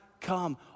come